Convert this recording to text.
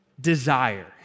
desire